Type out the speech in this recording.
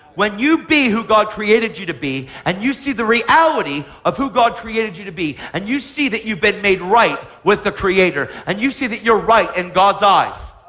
when you be who god created you to be, and you see the reality of who god created you to be, and you see that you've been made right with the creator, and you see that you're right in god's eyes,